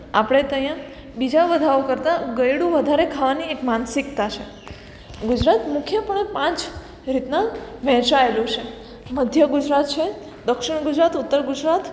આપણે ત્યાં બીજા બધાઓ કરતાં ગળ્યું વધારે ખાવાની એક વધારે માનસિકતા છે ગુજરાત મુખ્યપણે પાંચ રીતના વહેંચાયેલું છે મધ્ય ગુજરાત છે દક્ષિણ ગુજરાત ઉત્તર ગુજરાત